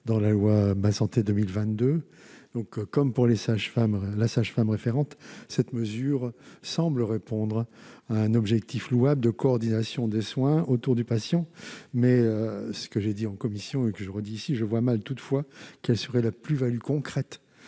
de loi Ma santé 2022. Comme pour la sage-femme référente, cette mesure semble répondre à un objectif louable de coordination des soins autour du patient, mais, ainsi que je l'ai dit en commission, je vois mal quelle en serait la plus-value concrète.